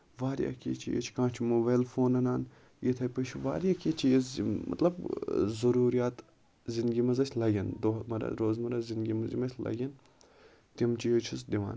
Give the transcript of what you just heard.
واریاہ کینٛہہ چیٖز چھِ کانٛہہ چھُ موبایِل فون اَنان یِتھٕے پٲٹھۍ چھِ واریاہ کیٚنہہ چیٖز یِم مطلب ضروٗریات زِندگی منٛز اَسہِ لَگن دۄہ مَرہ روزمَرہ زِندگی منٛز یِم اَسہِ لگن تِم چیٖز چھُس دِوان